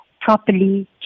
properly